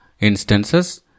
instances